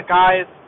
guys